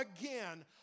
again